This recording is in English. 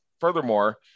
Furthermore